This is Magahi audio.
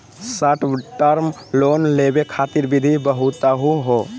शार्ट टर्म लोन लेवे खातीर विधि बताहु हो?